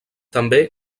també